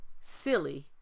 silly